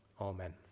Amen